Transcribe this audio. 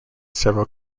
several